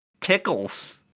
Tickles